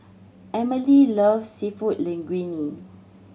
Amelie loves Seafood Linguine